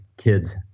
Kids